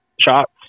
shots